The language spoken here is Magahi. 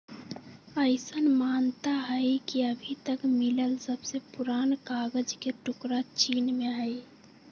अईसन मानता हई कि अभी तक मिलल सबसे पुरान कागज के टुकरा चीन के हई